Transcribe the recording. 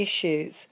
issues